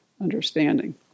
understanding